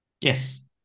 Yes